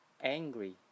angry